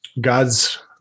God's